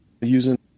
using